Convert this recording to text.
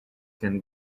can